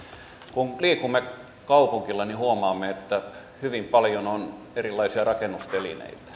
kun liikumme kaupungilla niin huomaamme että hyvin paljon on erilaisia rakennustelineitä